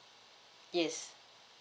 yes